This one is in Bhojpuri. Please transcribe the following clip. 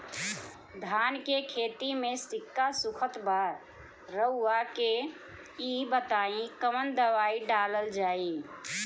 धान के खेती में सिक्का सुखत बा रउआ के ई बताईं कवन दवाइ डालल जाई?